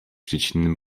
dziecinnym